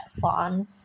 fun